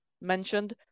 mentioned